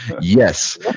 yes